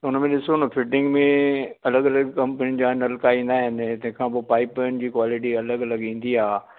हुन में ॾिसो न फिटिंग में अलॻि अलॻि कंपनिन जा नलका ईंदा आहिनि तंहिंखां पोइ पाइपनि जी क्वॉलिटी अलॻि अलॻि ईंदी आहे